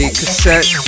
cassette